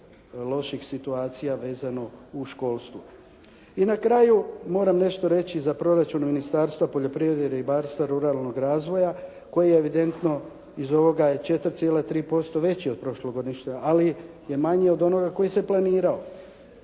loših situacija vezano u školstvu. I na kraju, moram nešto reći za proračun Ministarstva poljoprivrede, ribarstva i ruralnog razvoja koji je evidentno iz ovoga je 4,3% veći od prošlogodišnjeg ali je manji od onoga koji se planirao.